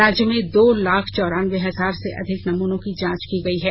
राज्य में दो लाख चौरानबे हजार से अधिक नमनों की जांच की गई है